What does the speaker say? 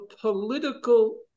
political